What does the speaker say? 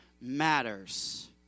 matters